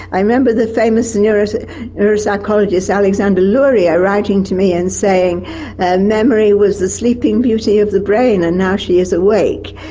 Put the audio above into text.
i remember the famous and neuropsychologist alexander luria writing to me and saying and memory was the sleeping beauty of the brain and now she is awake.